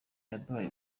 yaduhaye